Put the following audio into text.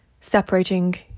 separating